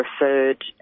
referred